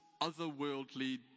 otherworldly